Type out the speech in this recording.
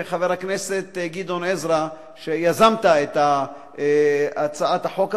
חבר הכנסת גדעון עזרא, שיזמת את הצעת החוק הזו,